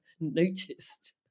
noticed